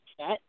set